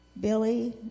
Billy